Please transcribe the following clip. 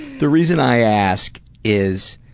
the reason i ask is,